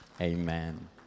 Amen